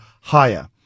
higher